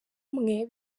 umwe